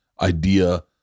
idea